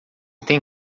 tem